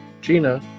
Gina